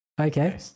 okay